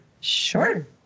Sure